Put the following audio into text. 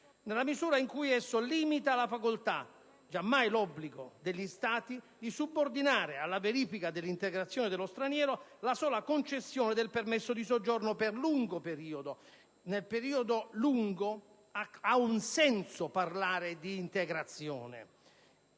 nella misura in cui esso limita la facoltà (giammai l'obbligo) degli Stati di subordinare alla verifica dell'integrazione dello straniero la sola concessione del permesso di soggiorno per lungo periodo. Nel periodo lungo ha un senso parlare di integrazione,